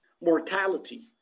Mortality